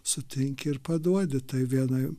sutinki ir paduodi tai vienai